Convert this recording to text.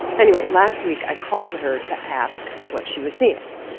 anyway, last week, i called her to ask what she was seeing.